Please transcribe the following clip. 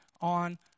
on